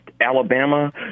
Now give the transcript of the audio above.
Alabama